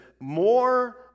more